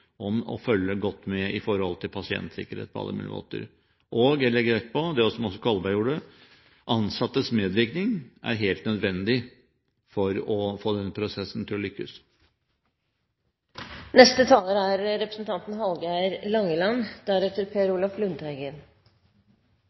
om på alle mulige måter å følge godt med på pasientsikkerheten. Og jeg legger vekt på det som også Kolberg la vekt på: Ansattes medvirkning er helt nødvendig for å få denne prosessen til å lykkes.